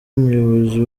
umuyobozi